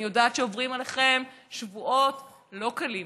ואני יודעת שעוברים עליכם שבועות לא קלים: